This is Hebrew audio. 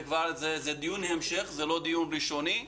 זה דיון המשך ולא דיון ראשוני.